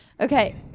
Okay